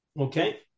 Okay